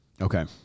Okay